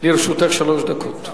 לרשותךְ שלוש דקות.